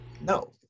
no